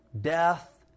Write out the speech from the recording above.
Death